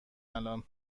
الان